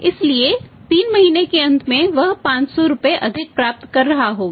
इसलिए 3 महीने के अंत में वह 500 रुपये अधिक प्राप्त कर रहा होगा